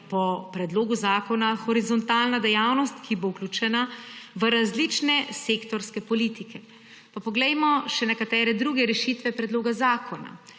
po predlogu zakona horizontalna dejavnost, ki bo vključena v različne sektorske politike. Pa poglejmo še nekatere druge rešitve predloga zakona.